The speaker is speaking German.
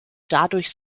dadurch